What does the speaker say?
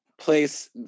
place